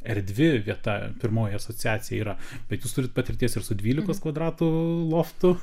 erdvi vieta pirmoji asociacija yra bet jūs turit patirties ir su dvylikos kvadratų loftų